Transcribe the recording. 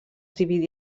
dividí